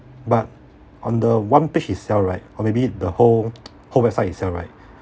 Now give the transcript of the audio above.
but on the one page itself right or maybe the whole whole website itself right